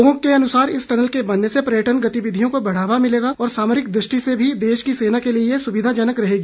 लोगों के अनुसार इस टनल के बनने से पर्यटन गतिविधियों को बढावा मिलेगा और सामरिक दृष्टि से भी देश की सेना के लिए ये सुविधाजनक रहेगी